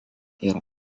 yra